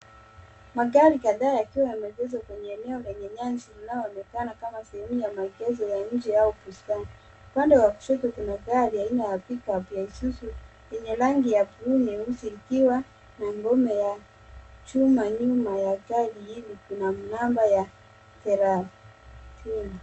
Magari kadhaa yakiwa yameegeshwa Kwenye eneo lenye nyasi unaonekana kama sehemu ya maegesho la nje au bustani upande wa kushoto kuna gari aina ya pick up ya izuzu yenye rangi ya blue nyeusi likiwa na ngombe ya chuma nyuma ya gari hili kuna namba ya thelatini.